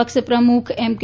પક્ષ પ્રમુખ એમ કે